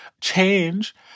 change